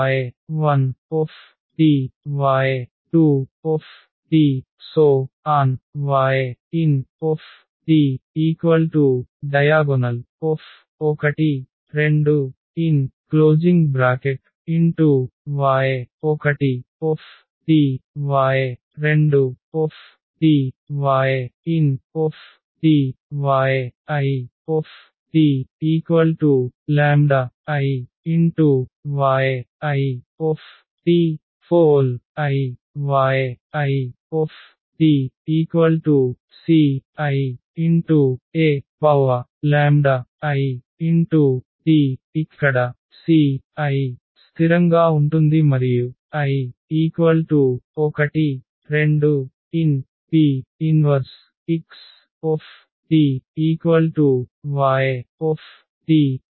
y1t y2t ynt Diag12ny1t y2t ynt yitiyit∀i yitCieit ఇక్కడ Ci స్థిరంగా ఉంటుంది మరియు i 12 n